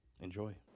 Enjoy